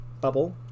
bubble